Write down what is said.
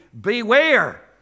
beware